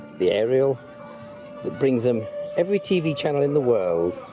the aerial that brings them every tv channel in the world